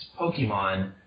Pokemon